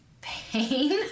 pain